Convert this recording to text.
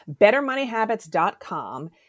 bettermoneyhabits.com